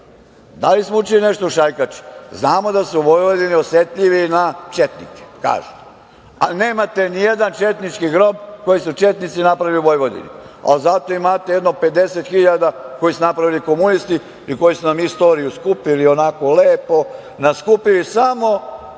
li smo nešto učili o šajkači? Znamo da su u Vojvodini osetljivi na četnike, kažu, ali nemate nijedan četnički grob koji su četnici napravili u Vojvodini, ali zato imate jedno 50 hiljada koje su napravili komunisti i koji su na istoriju skupili onako lepo, nakupili samo